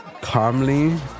calmly